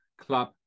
club